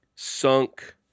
Sunk